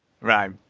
Right